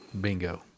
Bingo